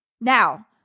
now